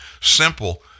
simple